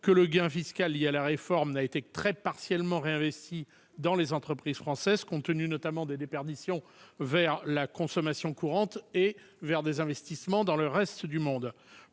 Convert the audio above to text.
que le gain fiscal lié à la réforme n'a été que très partiellement réinvesti dans les entreprises françaises compte tenu notamment des déperditions dans la consommation courante et des investissements réalisés dans le reste du monde.